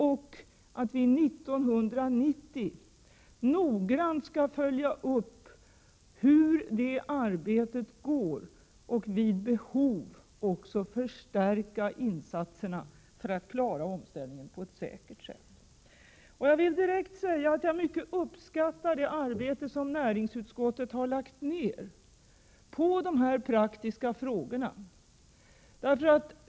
1990 skall vi noggrant följa upp hur det arbetet går och vid behov också förstärka insatserna för att klara omställningen på ett säkert sätt. Jag vill direkt säga att jag mycket uppskattar det arbete som näringsutskottet har lagt ned på dessa praktiska frågor.